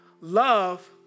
Love